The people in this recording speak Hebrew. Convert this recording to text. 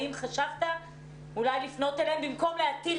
האם חשבת אולי לפנות אליהם במקום להטיל